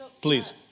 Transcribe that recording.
please